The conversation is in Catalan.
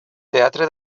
teatre